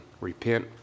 Repent